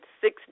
six